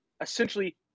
essentially